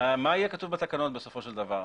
מה יהיה כתוב בתקנות Cסופו של דבר?